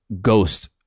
Ghost